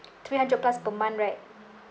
three hundred plus per month right